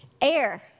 Air